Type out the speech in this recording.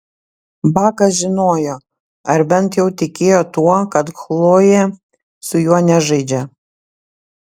bakas žinojo ar bent jau tikėjo tuo kad chlojė su juo nežaidžia